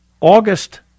August